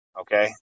okay